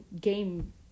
game